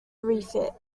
refit